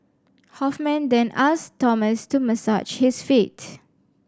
Hoffman then asked Thomas to massage his feet